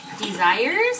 desires